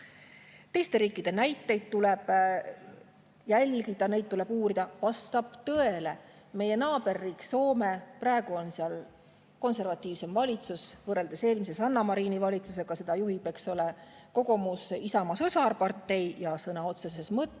Teiste riikide näiteid tuleb jälgida, neid tuleb uurida – vastab tõele. Meie naaberriigis Soomes – praegu on seal konservatiivsem valitsus võrreldes eelmise, Sanna Marini valitsusega, seda juhib, eks ole, Kokoomus, Isamaa sõsarpartei – sõna otseses mõttes